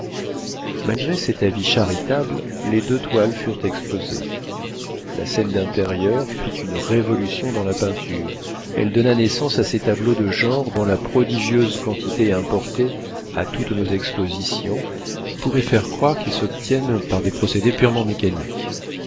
malgré cet avis charitable les deux toiles furent exposées la scène d'intérieur fit une révolution dans la peinture elle donna naissance à ces tableaux de genre dont la prodigieuse quantité importée à toutes nos expositions pourrait faire croire qu'ils s'obtiennent par des procédés purement mécaniques